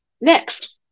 Next